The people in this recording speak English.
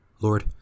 Lord